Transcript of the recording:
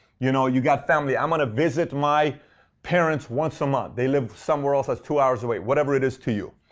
you know, you got family. i'm going to visit my parents once a month. they live somewhere else that's two hours away. whatever it is to you.